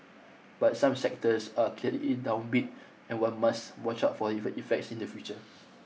but some sectors are clearly downbeat and one must watch out for effects in the future